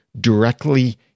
directly